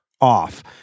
off